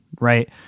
right